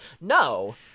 No